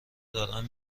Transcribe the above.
دارن